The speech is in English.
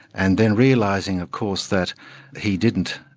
and then realising of course that he didn't,